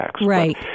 Right